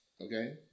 okay